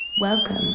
Welcome